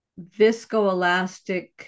viscoelastic